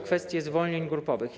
Kwestia zwolnień grupowych.